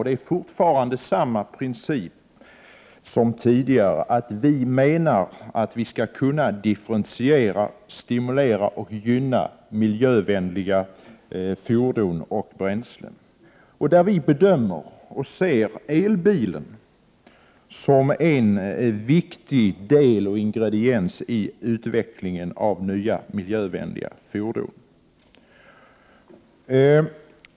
Vi hävdar samma princip som tidigare, dvs. att man skall kunna differentiera, stimulera och gynna miljövänliga fordon och bränslen. Vi bedömer och ser elbilen som en viktig del och ingrediens i utvecklingen av nya miljövänliga fordon.